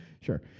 Sure